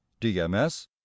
DMS